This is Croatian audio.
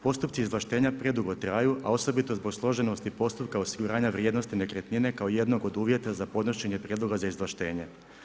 Postupci izvlaštenja predugo traju, a osobito zbog složenosti postupka osiguranja vrijednosti nekretnine kao jednog od uvjeta za podnošenje prijedloga za izvlaštenje.